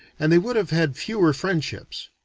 and they would have had fewer friendships.